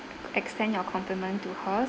extent your complement to her